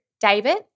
David